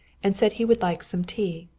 and said he would like some tea.